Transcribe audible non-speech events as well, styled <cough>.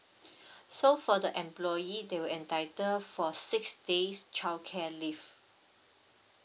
<breath> so for the employee they will entitle for six days childcare leave